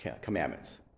commandments